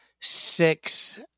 six